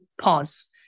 pause